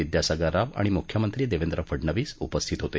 विद्यासागर राव आणि मुख्यमंत्री देवेंद्र फडनवीस उपस्थित होते